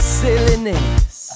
silliness